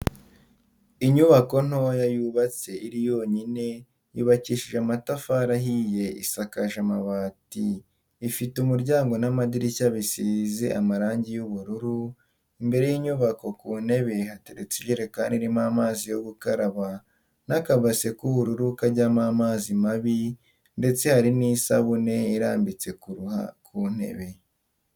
Inyubako ntoya yubatse iri yonyine, yubakishije amatafari ahiye isakaje amabati ifite umuryango n'amadirishya bisize amarangi y'ubururu, imbere y'inyubako ku ntebe hateretse ijerekani irimo amazi yo gukaraba n'akabase k'ubururu kajyamo amazi mabi ndetse hari n'isabuni irambitse ku ntebe.